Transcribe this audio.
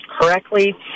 correctly